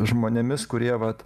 žmonėmis kurie vat